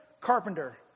carpenter